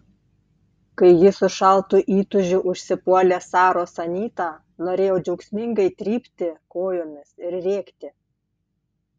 kai ji su šaltu įtūžiu užsipuolė saros anytą norėjau džiaugsmingai trypti kojomis ir rėkti